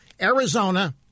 Arizona